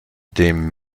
dem